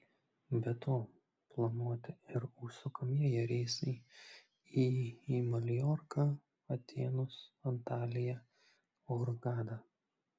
be to planuoti ir užsakomieji reisai į į maljorką atėnus antaliją hurgadą